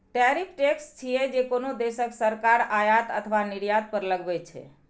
tariff tax छियै, जे कोनो देशक सरकार आयात अथवा निर्यात पर लगबै छै